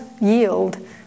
yield